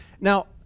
Now